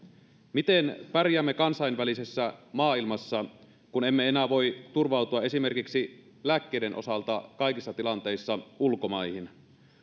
miten pärjäämme kansainvälisessä maailmassa kun emme enää voi turvautua esimerkiksi lääkkeiden osalta kaikissa tilanteissa ulkomaihin